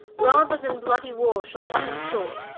rather then bloody warre shall cut them short,